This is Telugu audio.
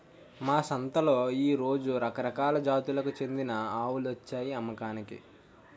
మా సంతలో ఈ రోజు రకరకాల జాతులకు చెందిన ఆవులొచ్చాయి అమ్మకానికి